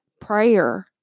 prayer